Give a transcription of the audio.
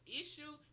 issue